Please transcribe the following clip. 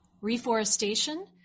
reforestation